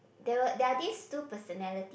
there were there are these two personality